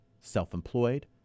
self-employed